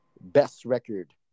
best-record